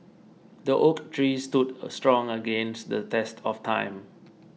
the oak tree stood strong against the test of time